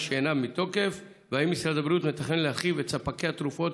כפי שנהוג במשרדים אחרים.